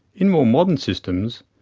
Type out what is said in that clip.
in more modern systems,